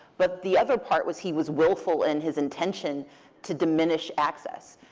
but the other part was he was willful in his intention to diminish access.